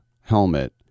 helmet